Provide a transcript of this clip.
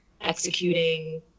executing